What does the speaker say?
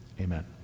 Amen